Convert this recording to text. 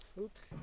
Oops